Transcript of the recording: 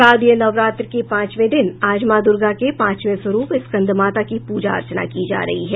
शारदीय नवरात्र के पांचवें दिन आज मां दुर्गा के पांचवें स्वरूप स्कंद माता की प्रजा अर्चना की जा रही है